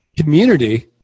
community